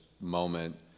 moment